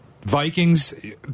Vikings